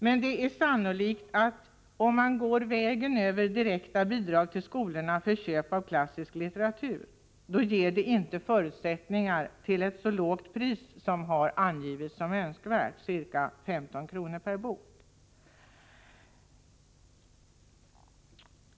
Men det är sannolikt att om man går vägen över direkta bidrag till skolorna för köp av klassisk litteratur, ges inte förutsättningar för att hålla ett så lågt pris som angivits som önskvärt, ca 15 kr. per bok.